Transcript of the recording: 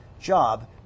job